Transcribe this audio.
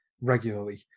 regularly